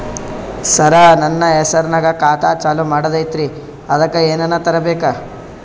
ಸರ, ನನ್ನ ಹೆಸರ್ನಾಗ ಖಾತಾ ಚಾಲು ಮಾಡದೈತ್ರೀ ಅದಕ ಏನನ ತರಬೇಕ?